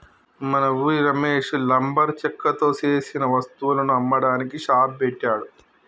మన ఉరి రమేష్ లంబరు చెక్కతో సేసిన వస్తువులను అమ్మడానికి షాప్ పెట్టాడు